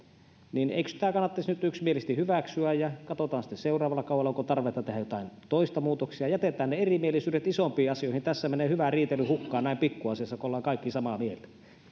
eikö tämä siis kannattaisi nyt yksimielisesti hyväksyä ja katsoa sitten seuraavalla kaudella onko tarvetta tehdä joitain toisia muutoksia jätetään erimielisyydet isompiin asioihin tässä menee hyvä riitely hukkaan pikkuasiassa kun ollaan kaikki samaa mieltä